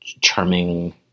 charming